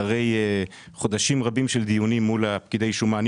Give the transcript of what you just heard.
אחרי חודשים רבים של דיונים מול פקידי השומה הוא הסתיים.